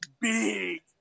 big